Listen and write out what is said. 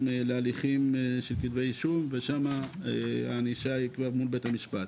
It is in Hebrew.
להליכים של כתבי אישום ושם הענישה היא כבר מול בית המשפט.